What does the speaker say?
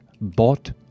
bought